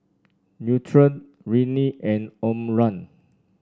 Nutren Rene and Omron